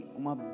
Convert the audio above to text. uma